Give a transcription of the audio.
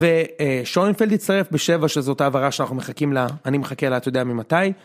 ושויינפלד יצטרף ב-7 שזאת העברה שאנחנו מחכים לה, אני מחכה לה את יודע ממתי.